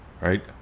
right